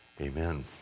Amen